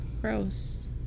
Gross